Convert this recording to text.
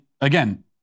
again